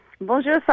Bonjour